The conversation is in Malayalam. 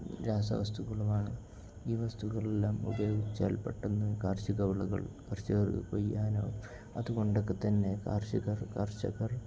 രാസ വസ്തുക്കളുമാണ് ഈ വസ്തുക്കളെല്ലാം ഉപയോഗിച്ചാൽ പെട്ടെന്നു കാർഷികവിളകൾ കർഷകർക്കു കൊയ്യാനാകും അതുകൊണ്ടൊക്കെത്തന്നെ കർഷകർ